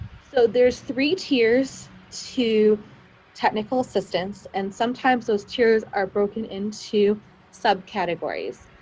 so there's three tiers to technical assistance. and sometimes those tiers are broken into sub categories.